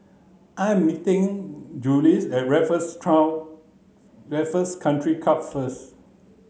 I am meeting Jules at Raffles Raffles Country Club first